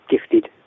gifted